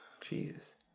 jesus